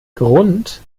grund